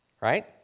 right